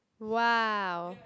wow